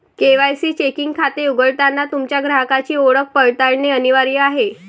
KYC checking खाते उघडताना तुमच्या ग्राहकाची ओळख पडताळणे अनिवार्य आहे